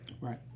Right